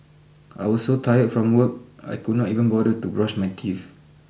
I was so tired from work I could not even bother to brush my teeth